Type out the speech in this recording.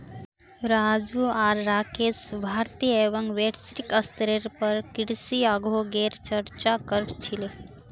राजू आर राकेश भारतीय एवं वैश्विक स्तरेर पर कृषि उद्योगगेर चर्चा क र छीले